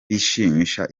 bishimisha